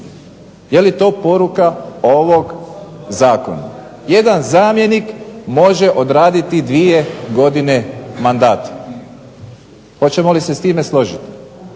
Je li to poruka ovog zakona? Jedan zamjenik može odraditi dvije godine mandata. Hoćemo li se s time složiti?